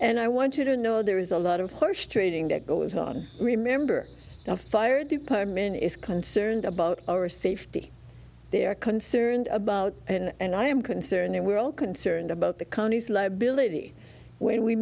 and i want you to know there is a lot of course training that goes on remember the fire department is concerned about our safety they're concerned about and i am concerned and we're all concerned about the county's liability when we